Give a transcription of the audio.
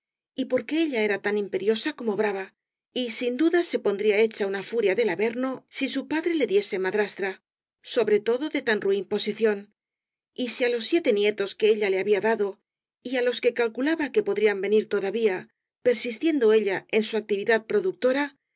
y porque ella era tan imperiosa como brava y sin duda se pondría hecha una furia del averno si su padre le diese madrastra sobre todo de tan ruin posición y si á los siete nietos que ella le había dado y á los que calculaba que podrían venir to davía persistiendo ella en su actividad productora